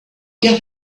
get